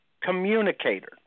Communicator